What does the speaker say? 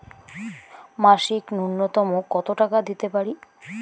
মাসিক নূন্যতম কত টাকা দিতে পারি?